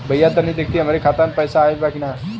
भईया तनि देखती हमरे खाता मे पैसा आईल बा की ना?